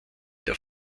der